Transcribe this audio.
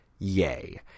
Yay